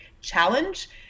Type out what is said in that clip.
challenge